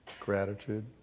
Gratitude